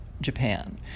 Japan